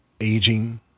aging